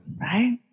Right